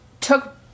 took